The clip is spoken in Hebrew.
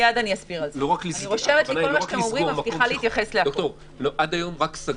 עד היום רק סגרו.